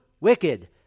wicked